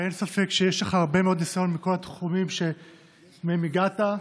ואין ספק שיש לך הרבה מאוד ניסיון בכל התחומים שמהם הגעת.